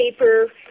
paper